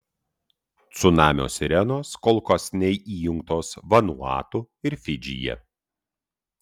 cunamio sirenos kol kas neįjungtos vanuatu ir fidžyje